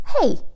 hey